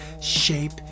Shape